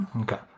Okay